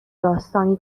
داستانی